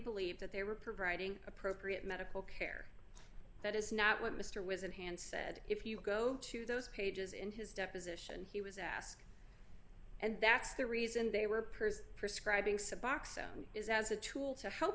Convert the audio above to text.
believed that they were providing appropriate medical care that is not what mr was in hand said if you go to those pages in his deposition he was asked and that's the reason they were peers prescribing suboxone is as a tool to help